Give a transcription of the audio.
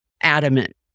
adamant